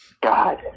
god